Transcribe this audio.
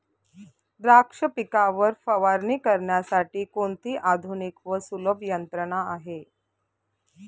द्राक्ष पिकावर फवारणी करण्यासाठी कोणती आधुनिक व सुलभ यंत्रणा आहे?